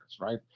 right